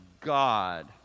God